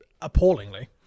appallingly